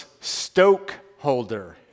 stokeholder